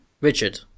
richard